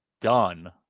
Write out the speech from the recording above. done